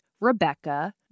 Rebecca